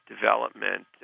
development